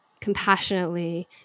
Compassionately